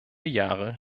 jahre